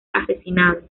asesinado